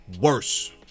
worse